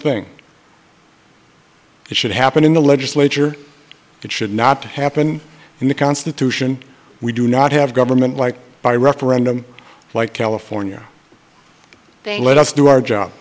thing should happen in the legislature it should not happen in the constitution we do not have government like by referendum like california they let us do our job